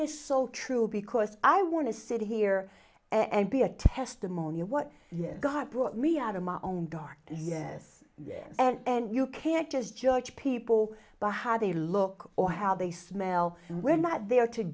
is so true because i want to sit here and be a testimony of what yes god brought me out of my own dark yes man and you can't just judge people by how they look or how they smell and we're not there to